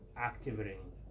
Activating